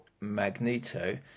Magneto